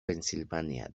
pensilvania